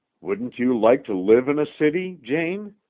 wouldn't you like to live in a city, jane?